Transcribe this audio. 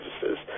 services